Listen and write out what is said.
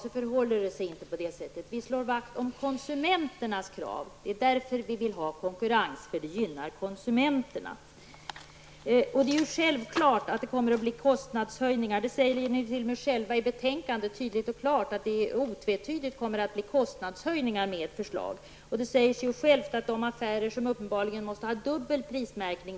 Vi slår vakt om konsumentens krav. Det är därför vi vill ha konkurrens, för det gynnar konsumenterna. Det är självklart att ert förslag leder till kostnadshöjningar. Det säger ni själva tydligt och klart i betänkandet, och otvetydigt blir det kostnadshöjningar med ert förslag i de affärer som uppenbarligen måste ha dubbel prismärkning.